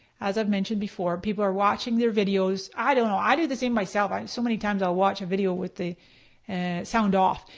as i've mentioned before. people are watching their videos i don't know, i do the same myself. and so many times i'll watch a video with the and sound off.